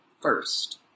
first